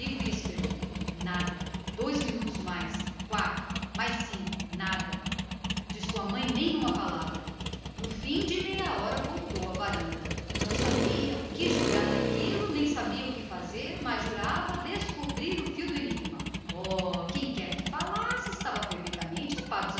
estático e sôfrego dois minutos quatro cinco foi inútila voz não reapareceu de sua mãe nem uma palavra maldita conspiração no fim de meia hora percorreu de novo a varanda não sabia que julgar daquilo nem o que devia fazer mas jurava descobrir tudo oh quem quer que falara estava perfeitamente